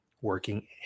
working